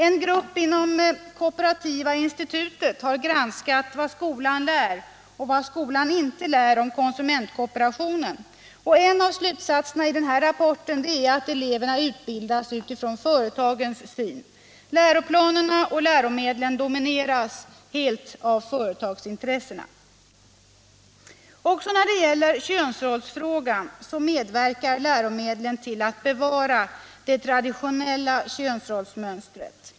En grupp inom Kooperativa institutet har granskat vad skolan lär och inte lär om konsumentkooperationen, och en av slutsatserna i denna rapport är att eleverna utbildas utifrån företagens syn. Läroplanerna och läromedlen domineras helt av företagsintressena. Också när det gäller könsrollsfrågan medverkar läromedlen till att bevara det traditionella könsrollsmönstret.